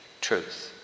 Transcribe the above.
truth